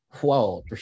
Whoa